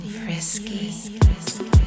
frisky